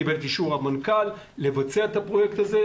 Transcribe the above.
קיבל את אישור המנכ"ל לבצע את הפרויקט הזה,